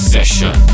Session